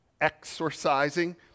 exorcising